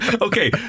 Okay